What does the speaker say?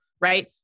Right